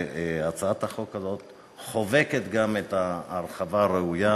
והצעת החוק הזאת חובקת גם את ההרחבה הראויה.